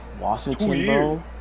Washington